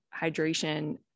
hydration